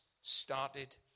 started